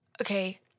okay